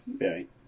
right